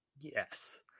Yes